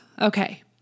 Okay